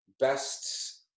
best